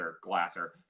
Glasser